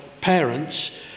parents